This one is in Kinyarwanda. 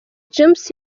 james